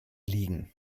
liegen